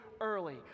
early